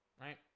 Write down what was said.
right